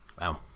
Wow